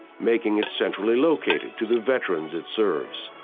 making it centrally located to the veterans it serves.